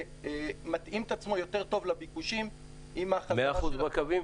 זה מתאים את עצמו יותר טוב לביקושים עם החזרה --- 100% מהקווים?